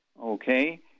okay